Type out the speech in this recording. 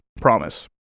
promise